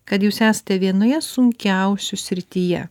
kad jūs esate vienoje sunkiausių srityje